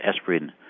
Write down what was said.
aspirin